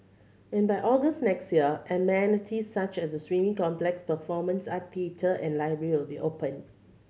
and by August next year amenities such as the swimming complex performance art theatre and library will be open